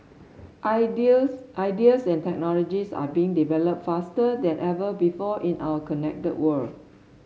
ideas ideas and technologies are being developed faster than ever before in our connected world